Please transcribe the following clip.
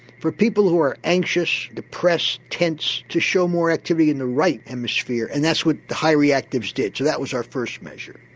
for people who are anxious, depressed, tense to show more activity in the right hemisphere and that's what the high reactives did. so that was our first measure.